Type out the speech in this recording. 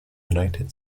united